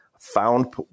Found